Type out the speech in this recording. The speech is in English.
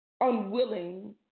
unwilling